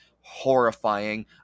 horrifying